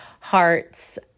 hearts